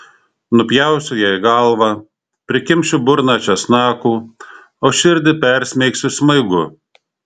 nupjausiu jai galvą prikimšiu burną česnakų o širdį persmeigsiu smaigu